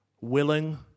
willing